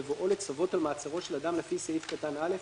בבואו לצוות על מעצרו של אדם לפי סעיף קטן (א),